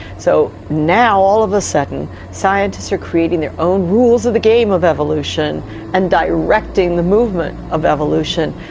so now all of a sudden scientists are creating their own rules of the game of evolution and directing the movement of evolution,